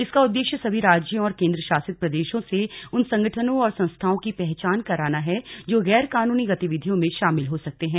इसका उद्देश्य सभी राज्यों और केंद्र शासित प्रदेशों से उन संभावित संगठनों और संस्थाओं की पहचान करना है जो गैर कानूनी गतिविधियों में शामिल हो सकते हैं